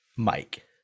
Mike